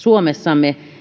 suomessamme